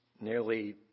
nearly